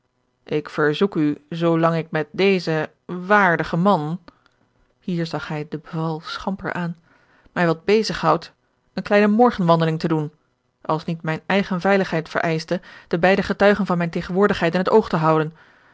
ik verzoek u zoolang ik met dezen waardigen man hier zag hij de beval schamper aan mij wat bezig houd eene kleine morgenwandeling te doen als niet mijne eigene veiligheid vereischte de beide getuigen van mijne tegenwoordigheid in het oog te houden